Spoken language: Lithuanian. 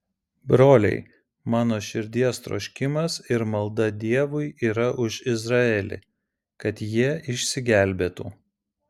broliai mano širdies troškimas ir malda dievui yra už izraelį kad jie išsigelbėtų